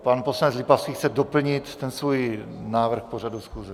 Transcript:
Pan poslanec Lipavský chce doplnit svůj návrh pořadu schůze.